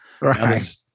Right